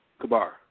Kabar